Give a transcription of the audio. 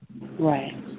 Right